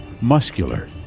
muscular